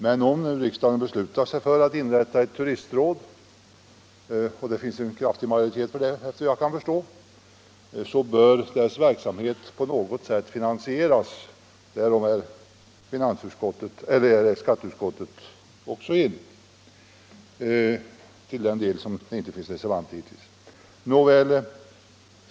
Men om nu riksdagen beslutar sig för att inrätta ett Sveriges turistråd — och det finns enligt vad jag kan förstå en kraftig majoritet för den åsikten — bör givetvis dess verksamhet finansieras på något sätt. Därom är skatteutskottet också enigt, men givetvis bara till den del som reservationen inte omfattar.